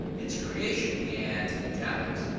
its creation, he adds in italics,